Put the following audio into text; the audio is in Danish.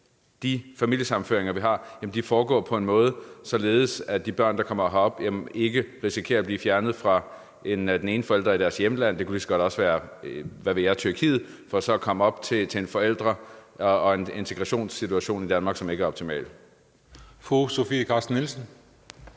de familiesammenføringer, vi har, foregår på en måde, så de flygtningebørn, der kommer herop, ikke risikerer at blive fjernet fra den ene forælder i deres hjemland – det kunne lige så godt også være, hvad ved jeg, Tyrkiet – for så at komme op til en forælder og en integrationssituation i Danmark, som ikke er optimal.